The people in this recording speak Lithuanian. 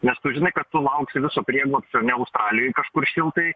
nes tu žinai kad tu lauksi viso prieglobsčio australijoj kažkur šiltai